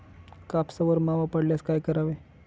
कापसावर मावा पडल्यास काय करावे?